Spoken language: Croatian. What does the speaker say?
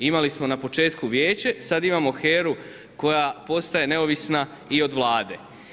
Imali smo na početku vijeće, sad imamo HERA-u koja postaje neovisna i od Vlade.